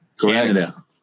Canada